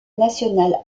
national